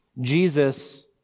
Jesus